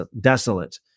desolate